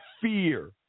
fear